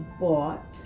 bought